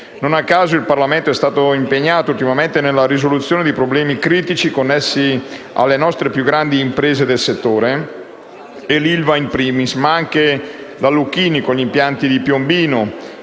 Non a caso il Parlamento è stato impegnato ultimamente nella risoluzione di problemi critici connessi alle nostre più grandi imprese del settore, l'ILVA *in primis*, ma anche la Lucchini, con gli impianti di Piombino